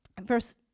verse